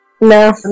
no